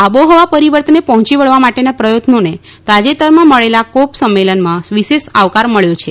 આબોહવા પરિવર્તનને પહોંચી વળવા માટેના પ્રથત્નોને તાજેતરમાં મળેલા કોપ સંમેલનમાં વિશેષ આવકાર મળ્યો છે